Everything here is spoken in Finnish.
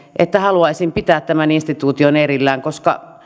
että haluaisin pitää tämän instituution erillään koska